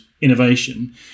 innovation